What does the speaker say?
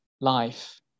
life